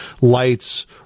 lights